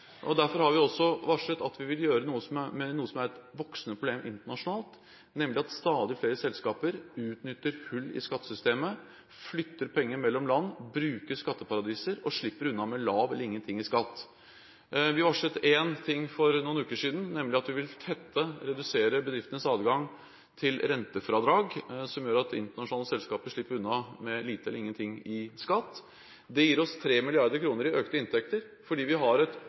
Derfor har vi også varslet at vi vil gjøre noe med det som er et voksende problem internasjonalt, nemlig at stadig flere selskaper utnytter hull i skattesystemet, flytter penger mellom land, bruker skatteparadiser og slipper unna med lav eller ingen skatt. Vi varslet én ting for noen uker siden, nemlig at vi vil tette – redusere – bedriftenes adgang til rentefradrag som gjør at internasjonale selskaper slipper unna med lite eller ingenting i skatt. Det gir oss 3 mrd. kr i økte inntekter. Fordi vi har et